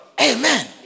Amen